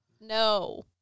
no